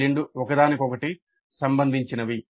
ఈ రెండు ఒకదానికొకటి సంబంధించినవి